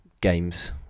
games